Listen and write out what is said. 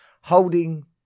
holding